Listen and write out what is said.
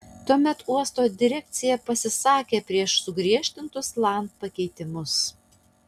tuomet uosto direkcija pasisakė prieš sugriežtintus land pakeitimus